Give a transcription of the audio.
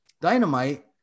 Dynamite